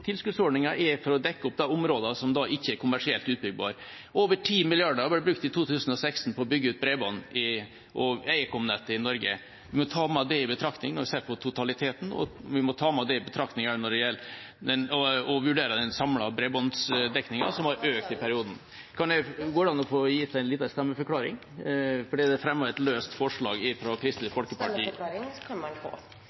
å bygge ut bredbånd og ekomnettet i Norge. Vi må ta det med i betraktning når vi skal se på totaliteten, og vi må ta det med i betraktning også når det gjelder å vurdere den samlede bredbåndsdekningen , som har økt i perioden. Da er tiden ute. Kan jeg få gi en liten stemmeforklaring, for det er fremmet et forslag, forslag nr. 16, fra Kristelig